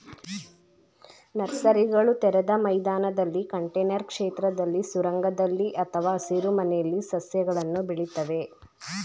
ನರ್ಸರಿಗಳು ತೆರೆದ ಮೈದಾನದಲ್ಲಿ ಕಂಟೇನರ್ ಕ್ಷೇತ್ರದಲ್ಲಿ ಸುರಂಗದಲ್ಲಿ ಅಥವಾ ಹಸಿರುಮನೆಯಲ್ಲಿ ಸಸ್ಯಗಳನ್ನು ಬೆಳಿತವೆ